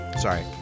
Sorry